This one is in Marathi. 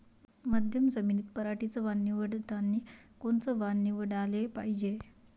मध्यम जमीनीत पराटीचं वान निवडतानी कोनचं वान निवडाले पायजे?